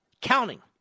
counting